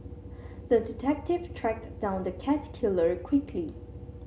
the detective tracked down the cat killer quickly